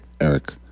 Eric